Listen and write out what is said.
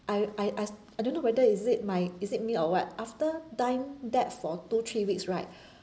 I I I I don't know whether is it my is it me or what after done that for two three weeks right